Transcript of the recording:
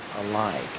alike